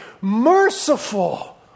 merciful